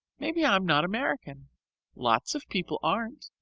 maybe i'm not american lots of people aren't.